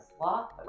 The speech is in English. sloth